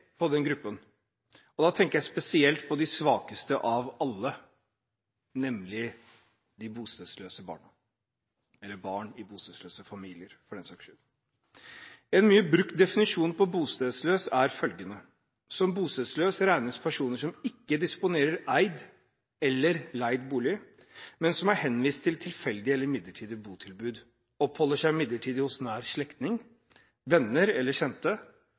den gruppen, og da tenker jeg spesielt på de svakeste av alle, nemlig de bostedsløse barna – eller barn i bostedsløse familier, for den saks skyld. Norsk institutt for by- og regionforskningdefinerer «bostedsløs» slik: «Som bostedsløs regnes personer som ikke disponerer eid eller leid bolig, men som er henvist til tilfeldige eller midlertidige botilbud, oppholder seg midlertidig hos nær slektning, venner eller kjente,